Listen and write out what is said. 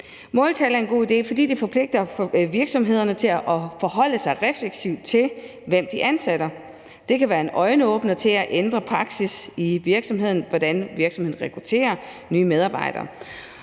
Måltal er en god idé, fordi de forpligter virksomhederne til at forholde sig refleksivt til, hvem de ansætter. Det kan være en øjenåbner til at ændre praksis i virksomheden, f.eks. i forhold til hvordan virksomheden rekrutterer nye medarbejdere.